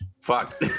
fuck